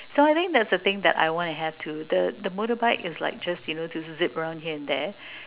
so I think that's a thing that I want to have too the the motorbike is like just you know to to zip around here and there